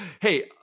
hey